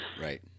Right